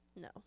No